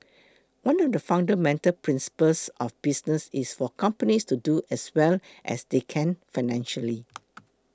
one of the fundamental principles of business is for companies to do as well as they can financially